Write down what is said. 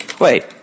Wait